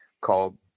called